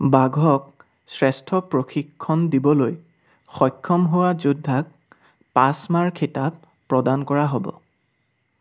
বাঘক শ্ৰেষ্ঠ প্ৰশিক্ষণ দিবলৈ সক্ষম হোৱা যোদ্ধাক পাচমাৰ খিতাপ প্ৰদান কৰা হ'ব